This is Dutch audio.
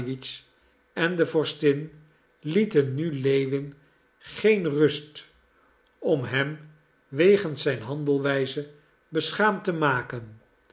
en de vorstin lieten nu lewin geen rust om hem wegens zijn handelwijze beschaamd te maken